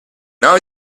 now